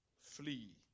Flee